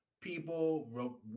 people